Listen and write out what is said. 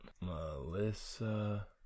melissa